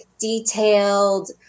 detailed